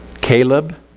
Caleb